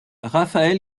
raphaël